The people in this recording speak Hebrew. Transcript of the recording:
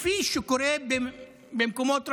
כפי שקורה במקומות רבים.